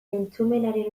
entzumenaren